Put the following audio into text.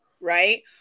Right